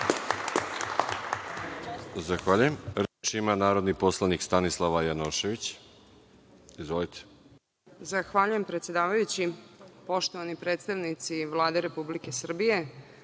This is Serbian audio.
Zahvaljujem. Reč ima narodni poslanik Stanislava Janošević. **Stanislava Janošević** Zahvaljujem predsedavajući. Poštovani predstavnici Vlade Republike Srbije,